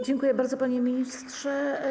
Dziękuję bardzo, panie ministrze.